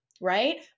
Right